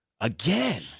Again